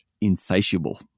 insatiable